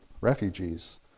refugees